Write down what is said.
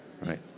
right